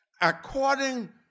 According